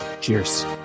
cheers